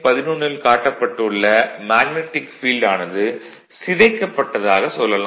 11ல் காட்டப்பட்டு உள்ள magnetic field ஆனது சிதைக்கப்பட்டதாக சொல்லலாம்